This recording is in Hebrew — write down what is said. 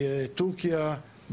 תורכיה,